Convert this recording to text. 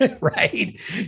Right